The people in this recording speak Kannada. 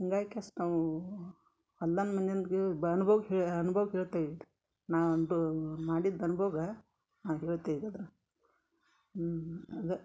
ಹಂಗಾಗೆ ಕೆಸ್ ನಾವು ಹೊಲ್ದಮ್ ಮನೆಯಂದ್ಗ್ಯು ಬ ಅನ್ಭವ ಹೇ ಅನ್ಭವ ಹೇಳ್ತೇವಿ ನಾವು ಒಂದು ಮಾಡಿದ ಅನ್ಬೋಗ ನಾ ಹೇಳ್ತೇವೆ ಅದನ್ನ ಅದ